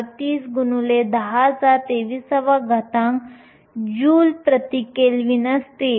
38 x 10 23 joule प्रति kelvin असते